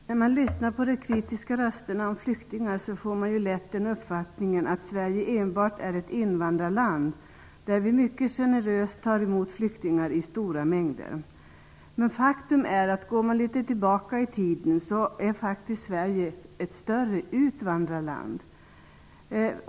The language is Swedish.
Fru talman! När man lyssnar på de kritiska rösterna om flyktingar får man lätt den uppfattningen att Sverige enbart är ett invandrarland, som mycket generöst tar emot flyktingar i stora mängder. Men faktum är ju att Sverige sett över en längre tid är större som utvandrarland.